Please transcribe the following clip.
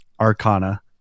arcana